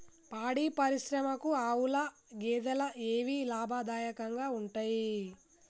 పాడి పరిశ్రమకు ఆవుల, గేదెల ఏవి లాభదాయకంగా ఉంటయ్?